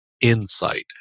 insight